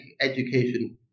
education